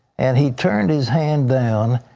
and he turned his hand down.